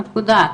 נקודה,